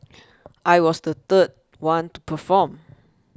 I was the third one to perform